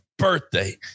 birthday